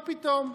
מה פתאום.